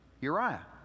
Uriah